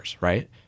right